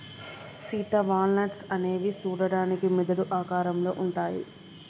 Sita walnuts అనేవి సూడడానికి మెదడు ఆకారంలో ఉంటాయి